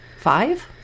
five